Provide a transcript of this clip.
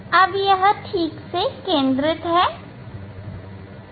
अब यह ठीक से केंद्रित है